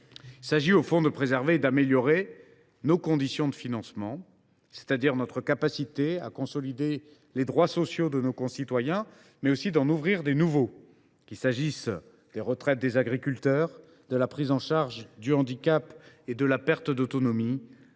Il s’agit au fond de préserver et d’améliorer nos conditions de financement, c’est à dire notre capacité à consolider les droits sociaux de nos concitoyens et à ouvrir de nouveaux droits, qu’il s’agisse des retraites des agriculteurs, de la prise en charge du handicap et de la perte d’autonomie,